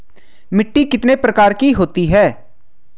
मिट्टी कितने प्रकार की होती हैं?